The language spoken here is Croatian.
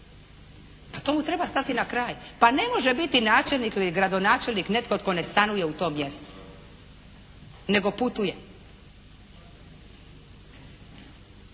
Pa tomu treba stati na kraj. Pa ne može biti načelnik i gradonačelnik netko tko ne stanuje u tom mjestu, nego putuje.